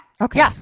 Okay